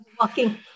walking